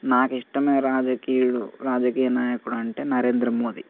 నాకు ఇస్టమై రాజకీయుడు రాజకీయ నాయకుడు అంటే నరేంద్ర మోదీ